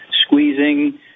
squeezing